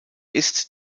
ist